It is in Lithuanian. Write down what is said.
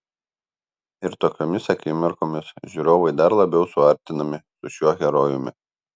ir tokiomis akimirkomis žiūrovai dar labiau suartinami su šiuo herojumi